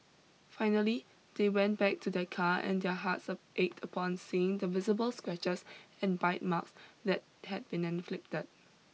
finally they went back to their car and their hearts ached upon seeing the visible scratches and bite marks that had been inflicted